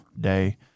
day